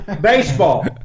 baseball